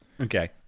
Okay